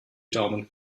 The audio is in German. daumen